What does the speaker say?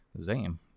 Zam